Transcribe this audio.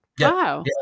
wow